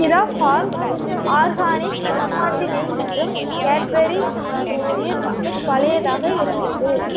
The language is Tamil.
ஹிதா ஃபார்ம்ஸ் ஆர்கானிக் பசுமாட்டு நெய் மற்றும் கேட்பரி மினி ஓரியோ பிஸ்கட் பழையதாக இருந்தது